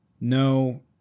no